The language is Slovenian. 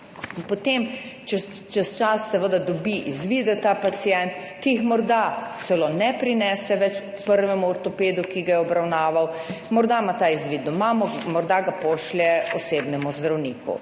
potem, čez čas seveda dobi izvide, ta pacient, ki jih morda celo ne prinese več k prvemu ortopedu, ki ga je obravnaval, morda ima ta izvid doma, morda ga pošlje osebnemu zdravniku.